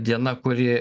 diena kuri